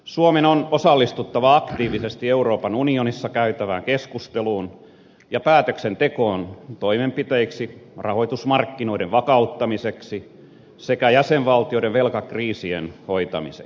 suomen on osallistuttava aktiivisesti euroopan unionissa käytävään keskusteluun ja päätöksentekoon toimenpiteiksi rahoitusmarkkinoiden vakauttamiseksi sekä jäsenvaltioiden velkakriisien hoitamiseksi